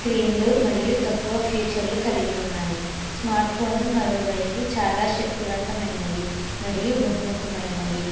స్క్రీన్లు మరియు తక్కువ ఫీచర్లు కలిగి ఉన్నాయి స్మార్ట్ ఫోన్లు మరోవైపు చాలా శక్తివంతమైనవి మరియు బహుముఖమైనవి